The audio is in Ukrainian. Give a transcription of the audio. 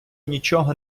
нічого